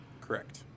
Correct